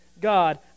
God